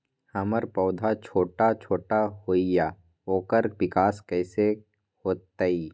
हमर पौधा छोटा छोटा होईया ओकर विकास कईसे होतई?